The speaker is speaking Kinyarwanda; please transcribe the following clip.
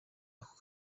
ako